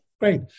Great